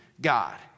god